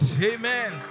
Amen